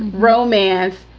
romance,